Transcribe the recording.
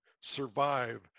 survive